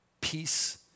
peace